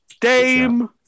Dame